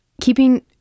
keeping